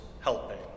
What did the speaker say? helping